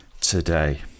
today